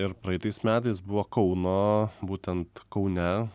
ir praeitais metais buvo kauno būtent kaune